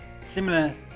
Similar